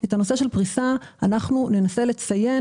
את הנושא של פריסה אנחנו ננסה לציין